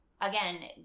again